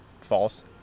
false